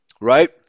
right